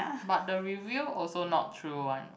but the review also not true one